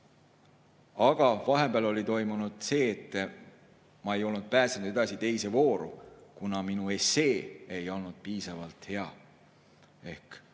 Aga vahepeal oli toimunud see, et ma ei olnud pääsenud edasi teise vooru, kuna minu essee ei olnud piisavalt hea. Kui